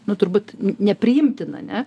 na turbūt nepriimtina ne